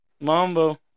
Mambo